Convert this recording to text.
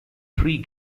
three